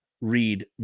read